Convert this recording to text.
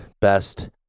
best